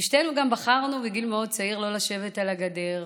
ושתינו גם בחרנו בגיל מאוד צעיר לא לשבת על הגדר.